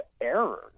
error